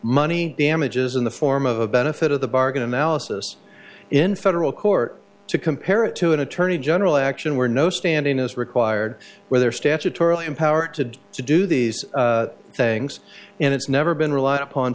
money damages in the form of a benefit of the bargain analysis in federal court to compare it to an attorney general action where no standing is required whether statutorily empowered to to do these things and it's never been relied upon